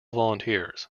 volunteers